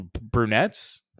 brunettes